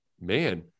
man